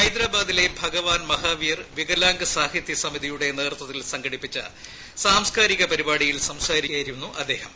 ഹൈദ്രാബാദിലെ Bhagwan Mahavir Viklang Sahitya സമിതിയുടെ നേതൃത്വത്തിൽ സംഘടിപ്പിച്ച സാംസ്കാരിക പരിപാടിയിൽ സംസാ രിക്കുകയായിരുന്നു അദ്ദേഹം